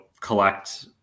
collect